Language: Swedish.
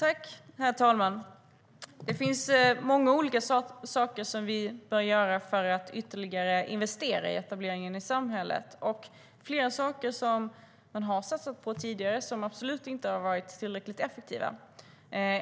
Herr talman! Det finns många olika saker som vi bör göra för att ytterligare investera i etableringen i samhället. Tidigare satsade man på saker som absolut inte har varit tillräckligt effektiva.